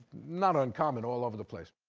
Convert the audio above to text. not uncommon all over the place.